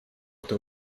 tym